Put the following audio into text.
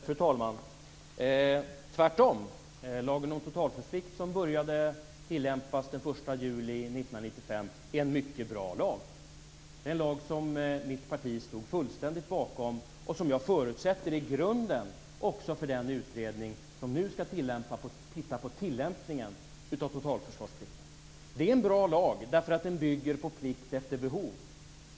Fru talman! Tvärtom! Lagen om totalförsvarsplikt, som började tillämpas den 1 juli 1995, är en mycket bra lag. Mitt parti stod fullständigt bakom den, och jag förutsätter att den är grunden också för den utredning som nu skall se över tillämpningen av totalförsvarsplikten. Det är en bra lag därför att den bygger på plikt efter behov.